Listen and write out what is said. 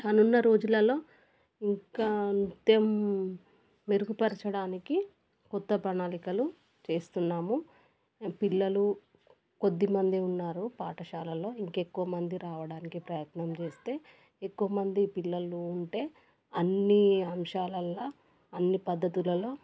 రానున్న రోజులలో ఇంకా నృత్యం మెరుగుపరచడానికి కొత్త ప్రణాళికలు చేస్తున్నాము పిల్లలు కొద్దిమంది ఉన్నారు పాఠశాలలో ఇంకెక్కువ మంది రావడానికి ప్రయత్నం చేస్తే ఎక్కువ మంది పిల్లలు ఉంటే అన్ని అంశాలలో అన్ని పద్ధతులలో